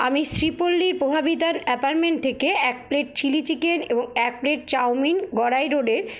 আমি শ্রীপল্লীর প্রভাবিদার অ্যাপার্টমেন্ট থেকে এক প্লেট চিলি চিকেন এবং এক প্লেট চাউমিন গড়াই রোডের